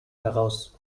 heraus